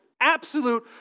Absolute